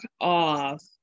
off